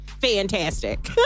fantastic